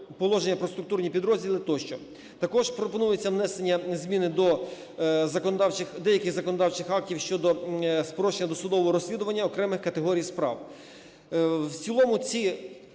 Також пропонується внесення змін до деяких законодавчих актів щодо спрощення досудового розслідування окремих категорій справ.